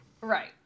right